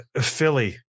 Philly